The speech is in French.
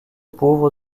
pauvres